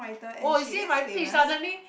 oh you see my pitch suddenly